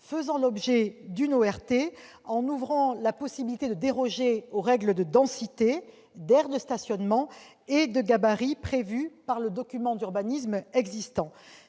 faisant l'objet d'une ORT, en ouvrant la possibilité de déroger aux règles de densité, d'aires de stationnement et de gabarit prévues par le document d'urbanisme existant.